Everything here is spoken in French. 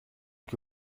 que